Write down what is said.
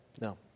no